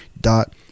dot